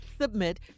Submit